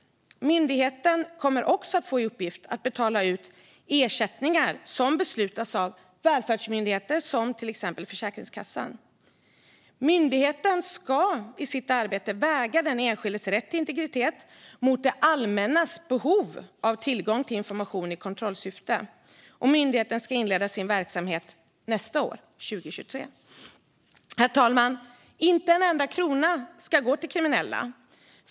Myndigheten kommer också att få i uppgift att betala ut ersättningar som beslutas av välfärdsmyndigheter som exempelvis Försäkringskassan. Myndigheten ska i sitt arbete väga den enskildes rätt till integritet mot det allmännas behov av tillgång till information i kontrollsyfte. Myndigheten ska inleda sin verksamhet nästa år, 2023. Herr talman! Inte en enda krona ska gå till kriminella.